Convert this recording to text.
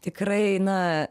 tikrai na